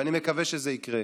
ואני מקווה שזה יקרה.